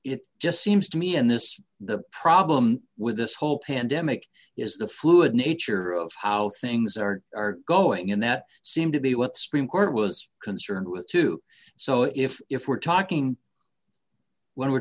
it just seems to me and this the problem with this whole pandemic is the fluid nature of how things are are going in that seemed to be what stream court was concerned with too so if if we're talking when we're